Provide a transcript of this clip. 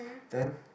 then